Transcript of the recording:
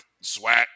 swat